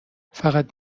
فقط